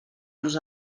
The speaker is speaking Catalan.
nos